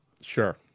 Sure